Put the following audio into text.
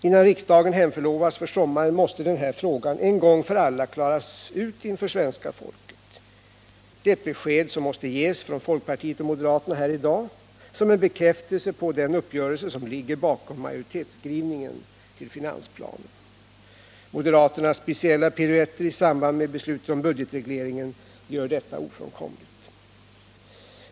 Innan riksdagen hemförlovas för sommaren måste den här frågan en gång för alla klaras ut inför svenska folket. Det är ett besked som måste ges från folkpartiet och moderaterna här i dag som en bekräftelse på den uppgörelse som ligger bakom majoritetsskrivningen till finansplanen. Moderaternas speciella piruetter i samband med beslutet om budgetregleringen gör detta ofrånkomligt.